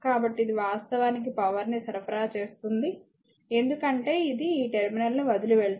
కాబట్టి ఇది వాస్తవానికి పవర్ ని సరఫరా చేస్తుంది ఎందుకంటే ఇది ఈ టెర్మినల్ను వదిలి వెళ్తుంది